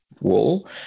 wall